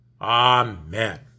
amen